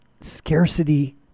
Scarcity